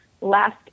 last